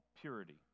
purity